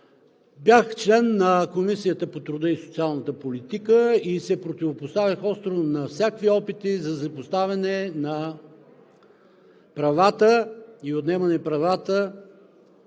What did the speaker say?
Бях член на Комисията по труда и социалната политика и се противопоставях остро на всякакви опити за злепоставяне на правата и отнемане правата